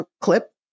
clip